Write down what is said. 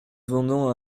venons